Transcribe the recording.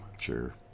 Sure